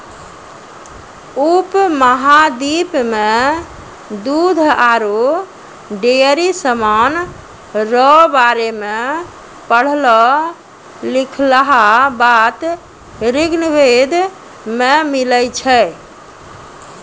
उपमहाद्वीप मे दूध आरु डेयरी समान रो बारे मे पढ़लो लिखलहा बात ऋग्वेद मे मिलै छै